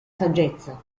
saggezza